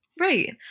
Right